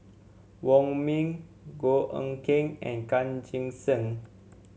Wong Ming Goh Eck Kheng and Chan Chee Seng